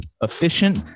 efficient